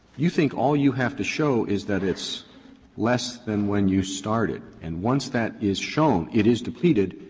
you think all you have to show is that it's less than when you started, and once that is shown, it is depleted.